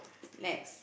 next